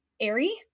airy